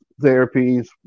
therapies